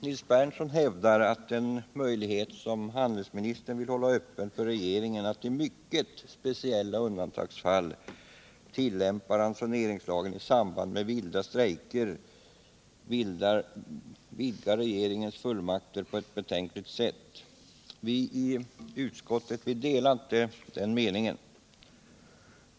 Nils Berndtson hävdar att den möjlighet som handelsministern vill hålla öppen för regeringen att i mycket speciella undantagsfall tillämpa ransoneringslagen i samband med vilda strejker vidgar regeringens fullmakter på ett betänkligt sätt. Vi i utskottet delar inte den meningen.